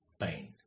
pain